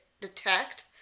detect